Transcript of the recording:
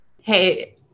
hey